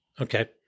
okay